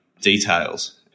details